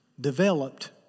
developed